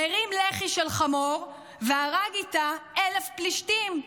הוא הרים לחי של חמור והרג איתה 1,000 פלישתים.